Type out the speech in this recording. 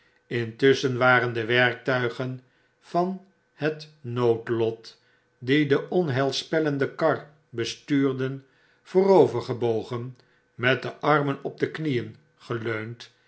intusschen waren de werktuigen van het noodlot die de onheilspellende kar bestuurden voorover gebogen met de armen op de knieen geleund